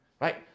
right